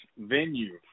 venue